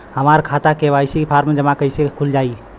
हमार खाता KYC form जमा कइले से खुल जाई?